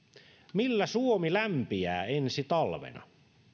millä suomi lämpiää ensi talvena